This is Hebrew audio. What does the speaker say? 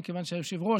מכיוון שהיושב-ראש,